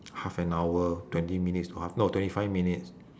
half an hour twenty minutes to half no twenty five minutes